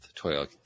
Toyota